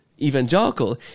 evangelical